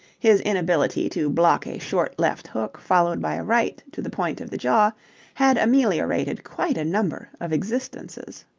his inability to block a short left-hook followed by a right to the point of the jaw had ameliorated quite a number of existences.